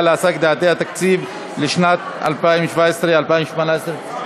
להשגת יעדי התקציב לשנות 2017 ו-2018),